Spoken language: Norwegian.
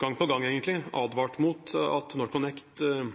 gang på gang – advart mot at NorthConnect